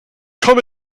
act